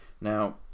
Now